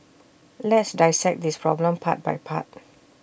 let's dissect this problem part by part